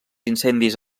incendis